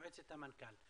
כן, במקביל.